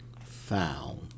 found